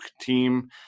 team